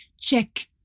check